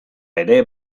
ere